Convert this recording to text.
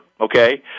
Okay